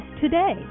today